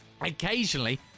Occasionally